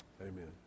Amen